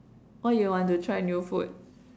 what you want to try new food